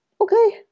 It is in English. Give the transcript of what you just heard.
okay